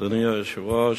אדוני היושב-ראש,